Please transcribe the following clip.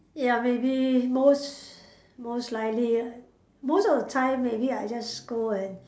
ya maybe most most likely most of the time maybe I just go and